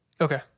Okay